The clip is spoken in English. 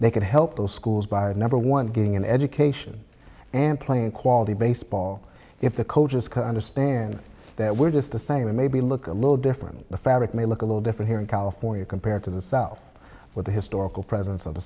they can help those schools by a number one getting an education and playing quality baseball if the coaches can understand that we're just the same and maybe look a little different the fabric may look a little different here in california compared to the south with the historical presence of the